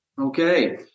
Okay